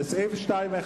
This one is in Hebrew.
לסעיף 2(1)